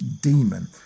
demon